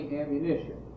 ammunition